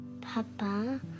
Papa